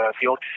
field